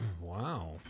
Wow